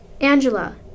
Angela